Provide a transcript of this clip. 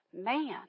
man